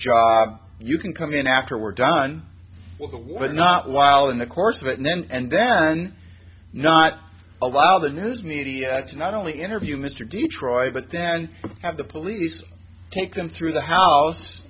job you can come in after we're done well the war but not while in the course of it and then and then not allow the news media to not only interview mr detroit but then have the police take them through the house